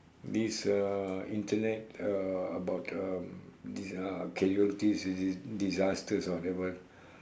this uh Internet uh about um this uh casualties dis~ dis~ disaster or whatever